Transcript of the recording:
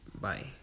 bye